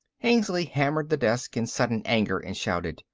hengly hammered the desk in sudden anger and shouted.